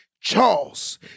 Charles